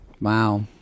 Wow